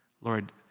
Lord